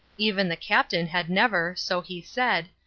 even the captain had never, so he said,